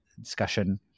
discussion